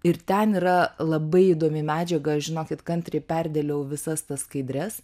ir ten yra labai įdomi medžiaga žinokit kantriai perdėliojau visas tas skaidres